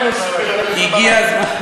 הגיע הזמן,